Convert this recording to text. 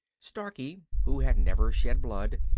starkey, who had never shed blood,